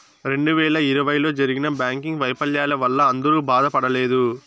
రెండు వేల ఇరవైలో జరిగిన బ్యాంకింగ్ వైఫల్యాల వల్ల అందరూ బాధపడలేదు